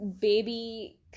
baby